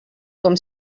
com